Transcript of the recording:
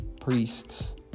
priests